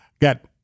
Got